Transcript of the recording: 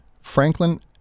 Franklin